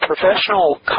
professional